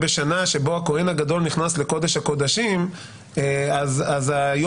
וכך בהרבה מאוד כנסי מפלגות אנשים חוששים, ואז הם